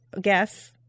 guess